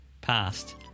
past